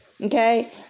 okay